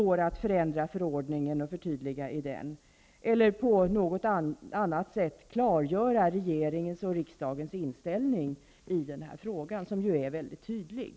Går det att förändra förordningen och förtydliga den eller på något annat sätt klargöra riksdagens inställning i denna fråga, som ju är mycket tydlig?